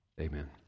Amen